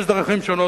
יש דרכים שונות,